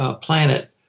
planet